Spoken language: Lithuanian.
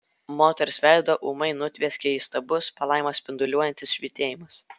moters veidą ūmai nutvieskė įstabus palaimą spinduliuojantis švytėjimas